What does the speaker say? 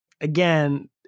again